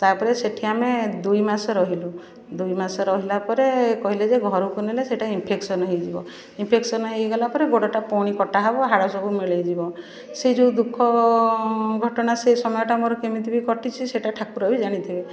ତା'ପରେ ସେଠି ଆମେ ଦୁଇମାସ ରହିଲୁ ଦୁଇମାସ ରହିଲା ପରେ କହିଲେ ଯେ ଘରକୁ ନେଲେ ସେଇଟା ଇମ୍ଫେକ୍ସନ୍ ହେଇଯିବ ଇମ୍ଫେକ୍ସନ୍ ହେଇଗଲା ପରେ ଗୋଡ଼ଟା ପୁଣି କଟା ହେବ ହାଡ଼ ସବୁ ମିଳେଇ ଯିବ ସେ ଯେଉଁ ଦୁଃଖ ଘଟଣା ସେ ସମୟଟା ମୋର କେମିତି ବି କଟିଛି ସେଇଟା ଠାକୁର ବି ଜାଣିଥିବେ